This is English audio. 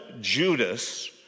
Judas